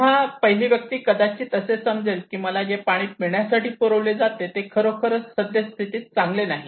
तेव्हा पहिली व्यक्ती कदाचित असे समजले की मला जे पाणी पिण्यासाठी पुरवले जाते ते खरोखरच सद्यस्थितीत चांगले नाही